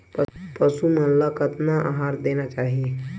पशु मन ला कतना आहार देना चाही?